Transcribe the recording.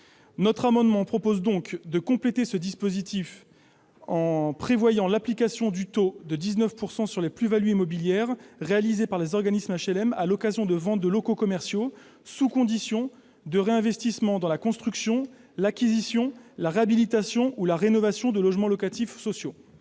Cet amendement vise donc à compléter ce dispositif en prévoyant l'application du taux de 19 % aux plus-values immobilières réalisées par les organismes d'HLM à l'occasion de ventes de locaux commerciaux, sous condition de réinvestissement dans la construction, l'acquisition, la réhabilitation ou la rénovation de logements locatifs sociaux.